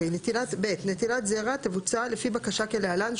(ב) נטילת זרע תבוצע לפי בקשה כלהלן,